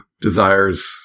desires